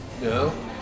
No